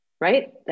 right